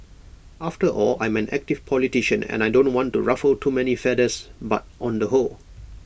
after all I'm an active politician and I don't want to ruffle too many feathers but on the whole